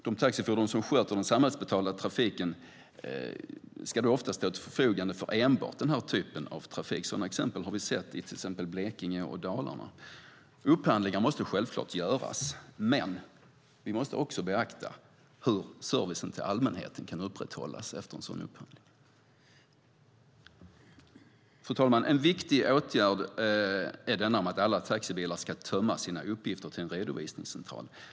De taxifordon som sköter den samhällsbetalda trafiken ska då ofta stå till förfogande för enbart denna typ av trafik. Sådana exempel har vi sett i till exempel Blekinge och Dalarna. Upphandlingar måste självfallet göras, men vi måste också beakta hur servicen till allmänheten kan upprätthållas efter en upphandling. Fru talman! En viktig åtgärd är den att alla taxibilar ska tömma sina uppgifter till en redovisningscentral.